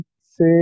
say